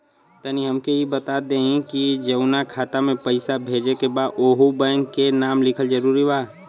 तनि हमके ई बता देही की जऊना खाता मे पैसा भेजे के बा ओहुँ बैंक के नाम लिखल जरूरी बा?